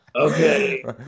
Okay